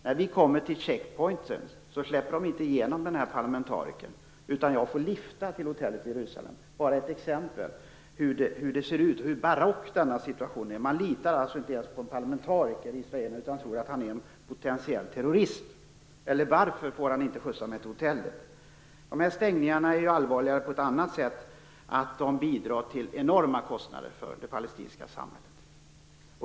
När vi kom till checkpointen släpptes inte rådsledamoten igenom, utan jag fick lifta till hotellet i Jerusalem. Det var bara ett exempel på hur barock situationen är. Israelerna litar alltså inte ens på en parlamentariker, utan de tror att han är en potentiell terrorist. Eller varför får han inte skjutsa mig till hotellet? Dessa stängningar är också allvarliga på ett annat sätt. De medför enorma kostnader för det palestinska samhället.